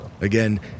Again